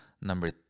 Number